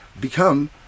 become